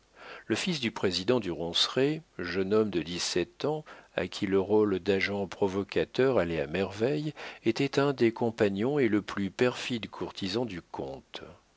le fils du président du ronceret jeune homme de dix-sept ans à qui le rôle d'agent provocateur allait à merveille était un des compagnons et le plus perfide courtisan du comte